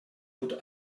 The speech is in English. would